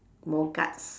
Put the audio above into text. more guts